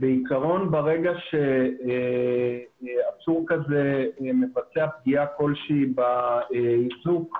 בעיקרון ברגע שעצור כזה מבצע פגיעה כלשהי באיזוק,